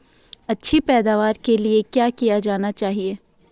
अच्छी पैदावार के लिए क्या किया जाना चाहिए?